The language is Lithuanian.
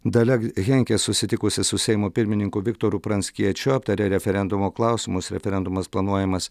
dalia henke susitikusi su seimo pirmininku viktoru pranckiečiu aptarė referendumo klausimus referendumas planuojamas